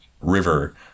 river